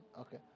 Okay